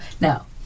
Now